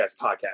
podcast